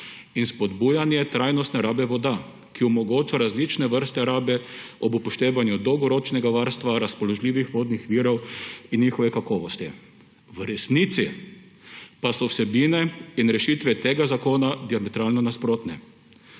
in spodbujanje trajnostne rabe voda, ki omogoča različne vrste rabe ob upoštevanju dolgoročnega varstva razpoložljivih vodnih virov in njihove kakovosti. V resnici pa so vsebine in rešitve tega zakona diametralno nasprotne.